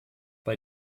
bei